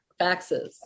faxes